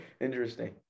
Interesting